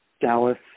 Dallas